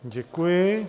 Děkuji.